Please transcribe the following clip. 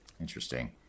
Interesting